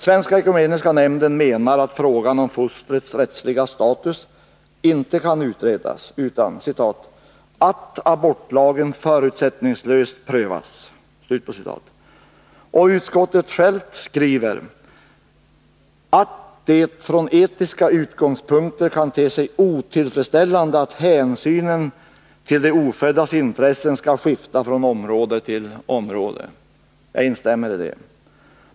Svenska ekumeniska nämnden menar att frågan om fostrets rättsliga status inte kan utredas utan att ”abortlagen förutsättningslöst prövas”. Och utskottet skriver ”att det från etiska utgångspunkter kan te sig otillfredsställande att hänsynen till oföddas intressen skall skifta från område till område”. Jag instämmer i detta.